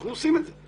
ואנחנו עושים את זה.